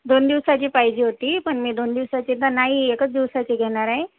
दोन दिवसाची पाहिजे होती पण मी दोन दिवसाची तर नाही एकच दिवसाची घेणार आहे